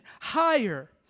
higher